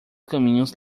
caminhos